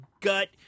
gut